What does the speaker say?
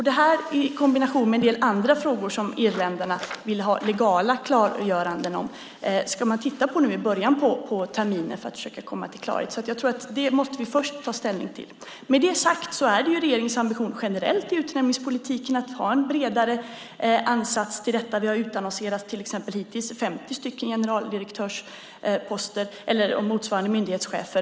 Det i kombination med en del andra frågor som irländarna vill ha legala klargöranden om ska man nu titta på i början av terminen just för att försöka komma till klarhet. Jag tror således att vi först måste ta ställning till det. Med det sagt är det regeringens ambition generellt i utnämningspolitiken att ha en bredare ansats till den. Vi har hittills till exempel utannonserat 50 generaldirektörsposter eller motsvarande myndighetschefer.